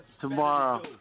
tomorrow